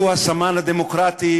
שהוא הסמן הדמוקרטי